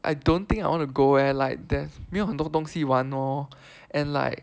I don't think I want to go leh like there's 没有很多东西玩 lor and like